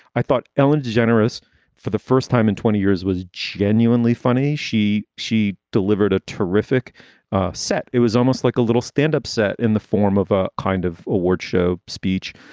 i thought ellen's generous for the first time in twenty years was genuinely funny. she she delivered a terrific set. it was almost like a little standup set in the form of a kind of award show speech.